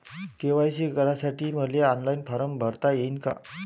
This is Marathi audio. के.वाय.सी करासाठी मले ऑनलाईन फारम भरता येईन का?